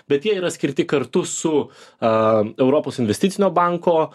bet jie yra skirti kartu su a europos investicinio banko